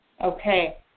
Okay